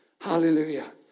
Hallelujah